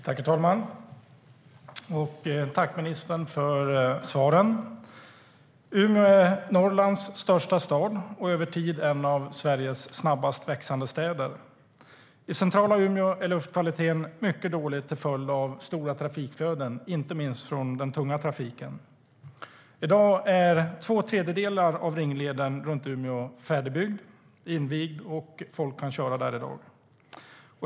Herr talman! Tack, ministern, för svaret! Umeå är Norrlands största stad och över tid en av Sveriges snabbast växande städer. I centrala Umeå är luftkvaliteten mycket dålig till följd av stora trafikflöden, inte minst från den tunga trafiken. I dag är två tredjedelar av ringleden runt Umeå färdigbyggd och invigd, och folk kan köra där i dag.